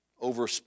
over